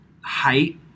height